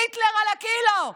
היטלר על הקילו.